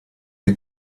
the